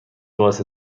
باعث